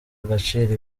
agaciro